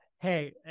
hey